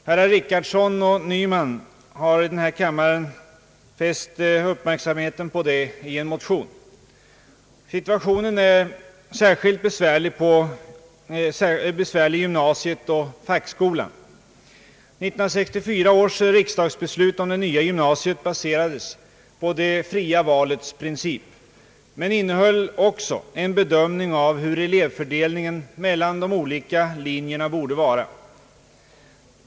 Herrar Richardson och Nyman har också fäst uppmärksamheten på detta i en motion i denna kammare. Situationen är särskilt besvärlig i gymnasiet och fackskolan. 1964 års riksdagsbeslut om det nya gymnasiet baserades på det fria valets princip, men innehöll också en bedömning av hur elevfördelningen mellan de olika linjerna borde vara.